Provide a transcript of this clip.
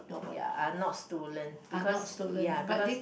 ya are not stolen because ya because